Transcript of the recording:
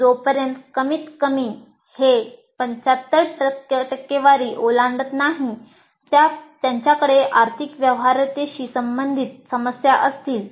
जोपर्यंत कमीतकमी हे 75 ओलांडत नाही त्यांच्याकडे आर्थिक व्यवहार्यतेशी संबंधित समस्या असतील